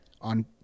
on